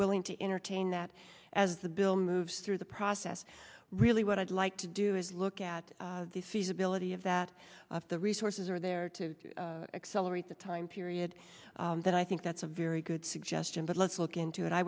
willing to entertain that as the bill moves through the process really what i'd like to do is look at the feasibility of that if the resources are there to accelerate the time period that i think that's a very good suggestion but let's look into it i